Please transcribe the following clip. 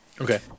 Okay